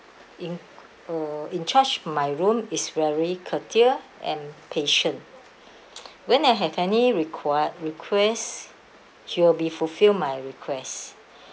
in uh in charge of my room is very courteous and patient when I have any require requests she will be fulfilled my request